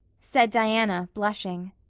said diana, blushing.